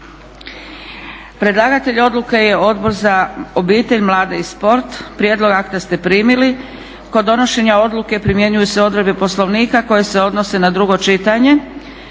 Predlagatelj Odbor za obitelj, mlade i sport. Prijedlog akta ste primili. Kod donošenja odluke primjenjuju se odredbe Poslovnika koje se odnose na drugo čitanje